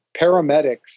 paramedics